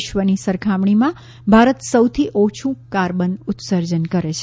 વિશ્વની સરખામણીમાં ભારત સૌથી ઓછું કાર્બન ઉત્સર્જન કરે છે